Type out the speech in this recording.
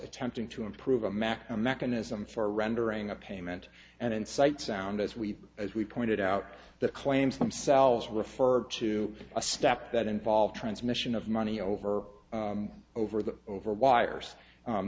attempting to improve a macro mechanism for rendering a payment and in sight sound as we as we pointed out the claims themselves refer to a step that involve transmission of money over over the over wires